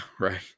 Right